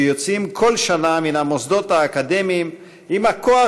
שיוצאים כל שנה מהמוסדות האקדמיים עם הכוח